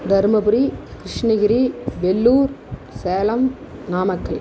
Dharmapuri Krishnagiri Vellore Salem Namakkal